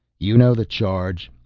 you know the charge,